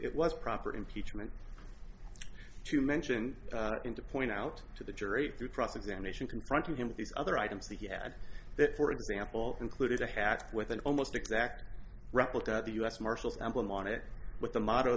it was proper impeachment to mention him to point out to the jury through cross examination confronted him with these other items that he had that for example included a hatchet with an almost exact replica of the u s marshal's emblem on it with the mo